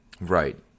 Right